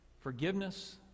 forgiveness